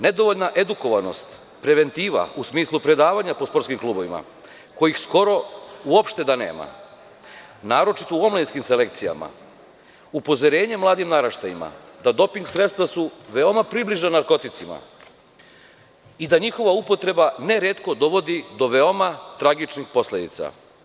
Nedovoljna edukovanost, preventiva u smislu predavanja po sportskim klubovima, kojih skoro uopšte da nema naročito u omladinskim selekcijama, upozorenje mladim naraštajimada doping sredstva su veoma približna narkoticima i da njihova upotreba ne retko dovodi do veoma tragičnih posledica.